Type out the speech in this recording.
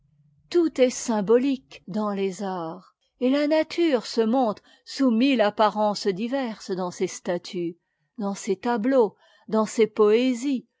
tout est symbolique dans les arts et la nature se montre sous mille apparences diverses dans ces statues dans ces tableaux dans ces poésies